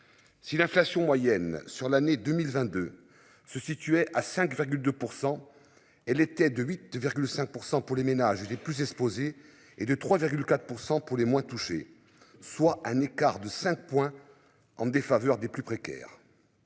Si l'inflation moyenne. Sur l'année 2022 se situait à 5,2%. Elle était de 8,5% pour les ménages étaient plus exposées, et de 3 4 % pour les moins touchées, soit un écart de 5 points en défaveur des plus précaires.